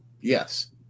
Yes